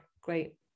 great